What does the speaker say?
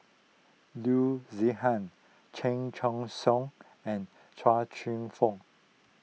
Loo Zihan Chan Choy Siong and Chia Cheong Fook